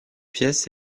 pièce